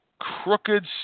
crooked